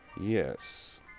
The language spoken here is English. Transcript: Yes